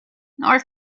nor